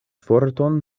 forton